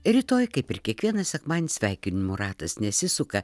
rytoj kaip ir kiekvieną sekmadienį sveikinimų ratas nesisuka